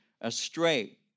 astray